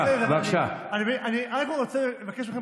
אני רק רוצה לבקש מכם,